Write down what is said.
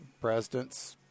president's